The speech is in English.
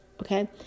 okay